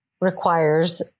requires